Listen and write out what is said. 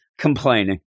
complaining